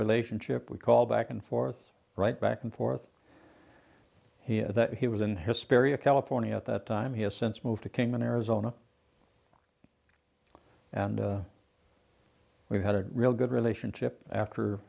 relationship we call back and forth right back and forth he that he was in hysteria california at that time he has since moved to kingman arizona and we've had a real good relationship after